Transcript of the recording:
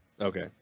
Okay